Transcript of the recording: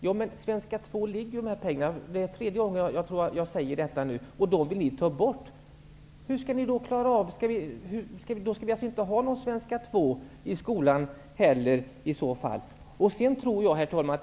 Kostnaden för Svenska 2 betalas av dessa pengar -- jag tror att det är tredje gången jag säger detta -- och de medlen vill ni ta bort. Då skall vi alltså inte heller ha någon Svenska 2 i skolan i så fall. Herr talman!